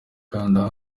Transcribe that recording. kanda